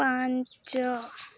ପାଞ୍ଚ